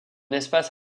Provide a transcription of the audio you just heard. espace